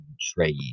trade